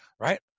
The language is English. Right